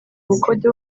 ubukode